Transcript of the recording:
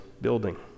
building